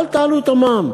אל תעלו את המע"מ.